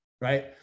right